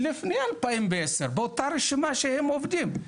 לפני 2010, באותה רשימה שאתם עובדים.